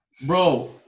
bro